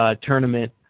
tournament